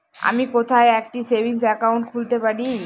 আমি কোথায় একটি সেভিংস অ্যাকাউন্ট খুলতে পারি?